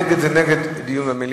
נגד,